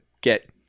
get